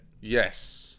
Yes